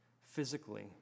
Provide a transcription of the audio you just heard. physically